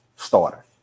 starter